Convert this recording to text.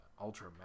Ultra